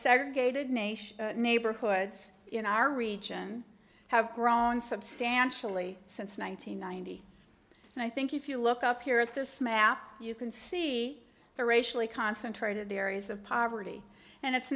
segregated nation neighborhoods in our region have grown substantially since one nine hundred ninety and i think if you look up here at this map you can see the racially concentrated areas of poverty and it's